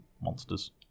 monsters